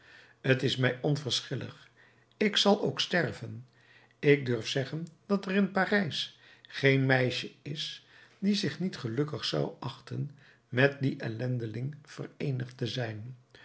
t is mij onverschillig ik zal ook sterven ik durf zeggen dat er in parijs geen meisje is die zich niet gelukkig zou achten met dien ellendeling vereenigd te zijn